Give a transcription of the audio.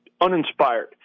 uninspired